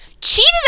cheated